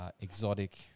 exotic